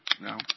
No